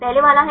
पहले वाला है